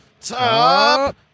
top